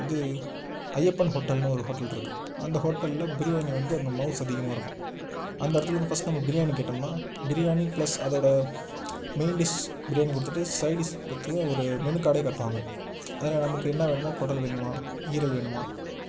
இது ஐயப்பன் ஹோட்டல்னு ஒரு ஹோட்டல் இருக்குது அந்த ஹோட்டலில் பிரியாணி வந்து அங்கே மவுஸ் அதிகமாக இருக்கும் அந்த இடத்துல வந்து ஃபஸ்ட் நம்ம பிரியாணி கேட்டோம்னால் பிரியாணி ப்ளஸ் அதோடு மெயின் டிஷ் பிரியாணி கொடுத்துட்டு சைட் டிஸ் பார்த்தீக்கா ஒரு மெனு கார்டே காட்டுவாங்க அதில் நமக்கு என்ன வேணுமோ குடல் வேணுமா ஈரல் வேணுமா